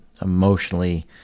emotionally